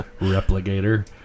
Replicator